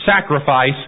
sacrifice